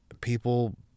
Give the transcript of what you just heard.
people